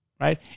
right